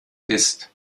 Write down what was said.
ist